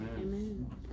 Amen